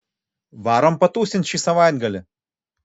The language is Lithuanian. varom patūsint šį savaitgalį